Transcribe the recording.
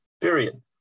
period